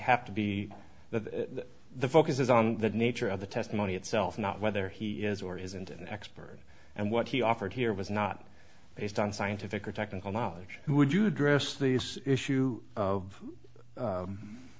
have to be that the focus is on the nature of the testimony itself not whether he is or isn't an expert and what he offered here was not based on scientific or technical knowledge would you address the issue of